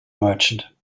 merchant